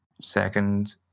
second